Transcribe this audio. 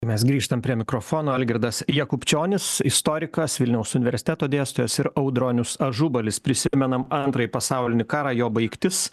mes grįžtam prie mikrofono algirdas jakubčionis istorikas vilniaus universiteto dėstytojas ir audronius ažubalis prisimenam antrąjį pasaulinį karą jo baigtis